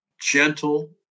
gentle